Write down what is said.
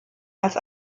als